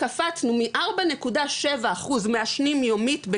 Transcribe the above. קפצנו מ-4.7 אחוז מעשנים יומית,